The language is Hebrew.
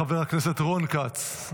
חבר הכנסת רון כץ,